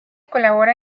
colabora